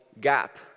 gap